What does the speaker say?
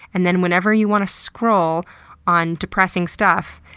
and then whenever you want to scroll on depressing stuff,